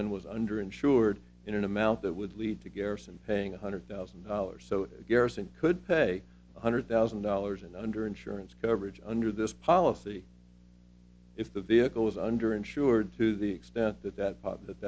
then was under insured in an amount that would lead to garrison paying one hundred thousand dollars so garrison could pay one hundred thousand dollars in under insurance coverage under this policy if the vehicle was under insured to the extent that that